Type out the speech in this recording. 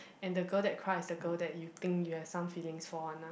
and the girl that cried is the girl that you think you have some feelings for one lah